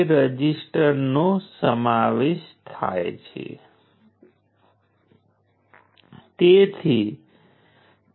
પાછળથી આપણે એવા એલિમેન્ટ્સ જોઈશું કે જે તે જે ક્વોડ્રન્ટમાં કાર્યરત છે તેના આધારે તે પેસિવ અથવા એક્ટિવ હોઈ શકે છે